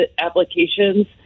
applications